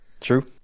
true